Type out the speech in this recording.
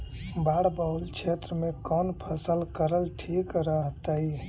बाढ़ बहुल क्षेत्र में कौन फसल करल ठीक रहतइ?